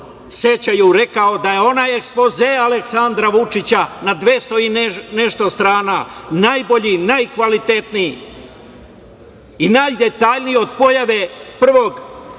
sećaju, rekao da je onaj ekspoze Aleksandra Vučića na 200 i nešto strana najbolji, najkvalitetniji i najdetaljniji od pojave prvog